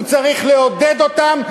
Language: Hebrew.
הוא צריך לעודד אותם,